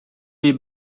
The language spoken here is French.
les